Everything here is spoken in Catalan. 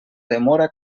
demora